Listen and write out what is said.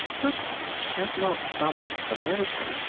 but has not some american?